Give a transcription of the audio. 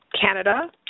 Canada